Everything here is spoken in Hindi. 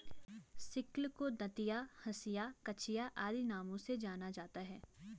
सिक्ल को दँतिया, हँसिया, कचिया आदि नामों से जाना जाता है